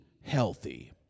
healthy